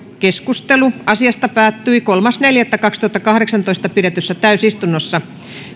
keskustelu asiasta päättyi kolmas neljättä kaksituhattakahdeksantoista pidetyssä täysistunnossa